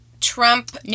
Trump